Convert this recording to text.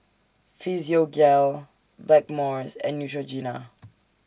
Physiogel Blackmores and Neutrogena